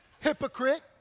hypocrite